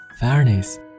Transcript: fairness